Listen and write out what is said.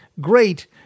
great